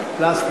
פלסטיק.